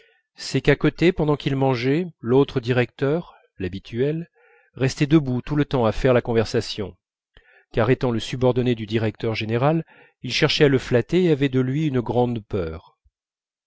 c'est qu'à côté pendant qu'il mangeait l'autre directeur l'habituel restait debout tout le temps à faire la conversation car étant le subordonné du directeur général il cherchait à le flatter et avait de lui une grande peur